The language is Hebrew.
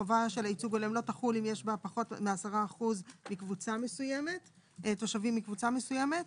חובת הייצוג הולם לא תחול אם יש בה פחות מ-10% תושבים מקבוצה מסוימת.